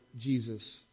Jesus